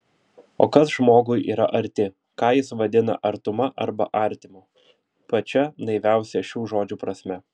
o kas žmogui yra arti ką jis vadina artuma arba artimu pačia naiviausia šių žodžių prasme